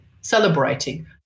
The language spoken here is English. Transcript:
celebrating